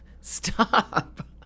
Stop